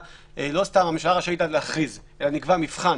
לא סתם נקבע "הממשלה רשאית להכריז" אלא נקבע מבחן.